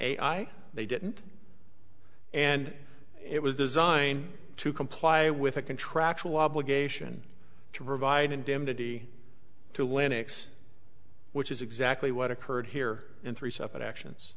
ai they didn't and it was designed to comply with a contractual obligation to provide indemnity to linux which is exactly what occurred here in three separate actions